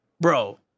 bro